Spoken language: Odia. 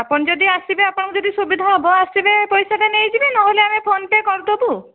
ଆପଣ ଯଦି ଆସିବେ ଆପଣଙ୍କ ଯଦି ସୁବିଧା ହେବ ଆସିବେ ପଇସାଟା ନେଇଯିବେ ନ ହେଲେ ଆମେ ଫୋନ୍ ପେ କରିଦେବୁ